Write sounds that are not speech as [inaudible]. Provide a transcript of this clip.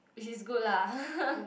which is good lah [laughs]